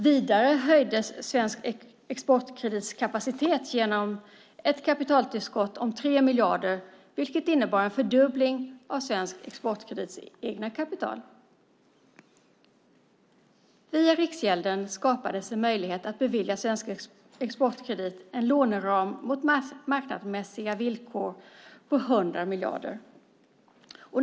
Vidare höjdes Svensk Exportkredits kapacitet genom ett kapitaltillskott om 3 miljarder, vilket innebar en fördubbling av Svensk Exportkredits eget kapital. Via Riksgälden skapades en möjlighet att bevilja Svensk Exportkredit en låneram om 200 miljarder på marknadsmässiga villkor.